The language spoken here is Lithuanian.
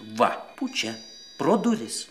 va pučia pro duris